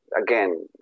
again